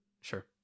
Sure